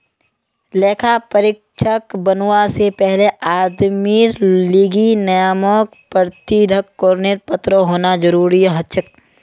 लेखा परीक्षक बनवा से पहले आदमीर लीगी नियामक प्राधिकरनेर पत्र होना जरूरी हछेक